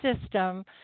system